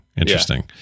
interesting